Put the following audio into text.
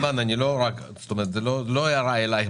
סוגיות הליבה